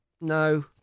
No